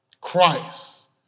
Christ